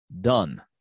done